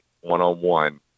one-on-one